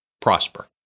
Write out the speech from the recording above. prosper